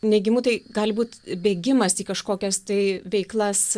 neigimu tai gali būt bėgimas į kažkokias tai veiklas